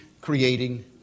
creating